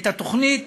התוכנית